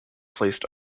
placed